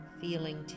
feeling